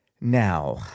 Now